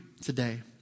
today